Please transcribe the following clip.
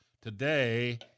today